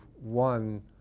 one